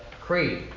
Creed